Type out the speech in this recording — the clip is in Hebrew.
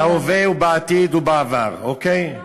כל מי שנפגע, בהווה ובעתיד ובעבר, אוקיי?